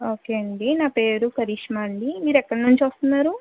okay అండి నా పేరు కరిష్మా అండి మీరు ఎక్కడ నుంచి వస్తున్నారు